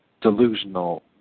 delusional